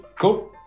Cool